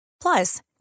Plus